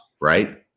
right